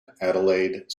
adelaide